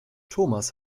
thomas